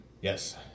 Yes